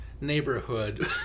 neighborhood